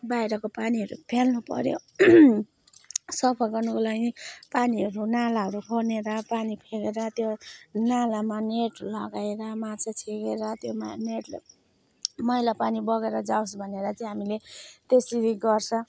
बाहिरको पानीहरू फ्याल्नुपर्यो सफा गर्नुको लागि पानीहरू नालाहरू खोनेर पानी फ्यालेर त्यो नालामा नेट लगाएर माछा झिकेर त्यसमा नेट मैला पानी बगेर जाओस् भनेर चाहिँ हामीले त्यसरी गर्छ